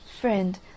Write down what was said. Friend